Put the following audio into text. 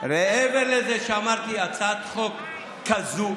מעבר לזה אמרתי שהצעת חוק כזאת,